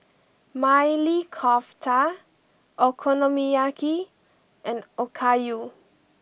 Maili Kofta Okonomiyaki and Okayu